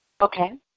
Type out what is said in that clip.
Okay